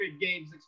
games